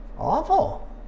awful